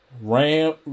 Ram